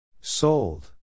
Sold